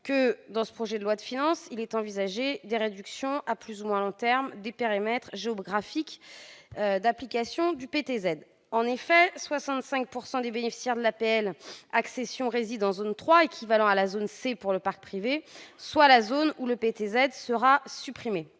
le présent projet de loi de finances tend à réduire, à plus ou moins long terme, les périmètres géographiques d'application du PTZ. Ainsi, 65 % des bénéficiaires de l'APL-accession résidant en zone 3, l'équivalent de la zone C pour le parc privé, soit la zone où le PTZ sera supprimé.